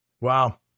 Wow